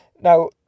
now